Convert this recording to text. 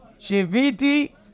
Shiviti